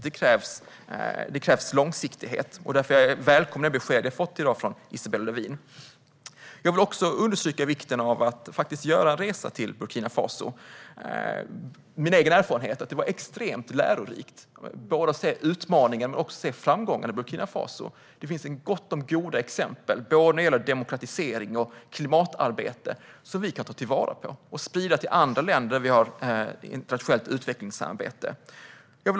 Det krävs långsiktighet, och därför välkomnar jag det besked jag har fått från Isabella Lövin i dag. Jag vill också understryka vikten av att göra en resa till Burkina Faso. Min egen erfarenhet är att det var extremt lärorikt att se både utmaningen och framgången i Burkina Faso. Det finns gott om goda exempel när det gäller demokratisering och klimatarbete som vi kan ta till vara och sprida till andra länder som vi har ett internationellt utvecklingssamarbete med.